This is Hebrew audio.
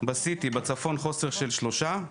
אני מדבר על MRI. ב-CT: בצפון חוסר של שלושה מכשירים,